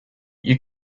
you